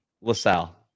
LaSalle